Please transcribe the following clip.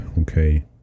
Okay